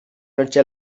noche